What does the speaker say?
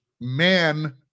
Man